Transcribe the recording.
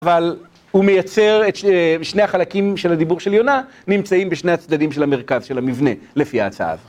אבל הוא מייצר את שני החלקים של הדיבור של יונה נמצאים בשני הצדדים של המרכז של המבנה לפי ההצעה.